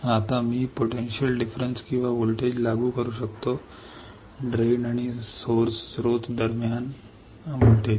आता मी संभाव्य फरक किंवा व्होल्टेज लागू करू शकतो ड्रेन आणि स्त्रोत दरम्यान व्होल्टेज